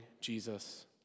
Jesus